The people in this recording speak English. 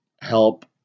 help